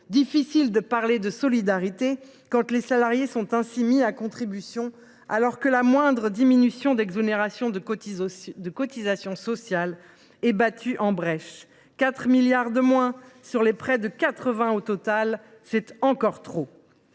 difficile de parler de solidarité quand les salariés sont ainsi mis à contribution, alors que la moindre diminution des exonérations de cotisations sociales est battue en brèche ! Quelque 4 milliards d’euros de moins sur les près de 80 milliards d’euros